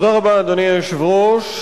אדוני היושב-ראש,